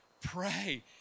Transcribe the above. pray